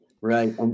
right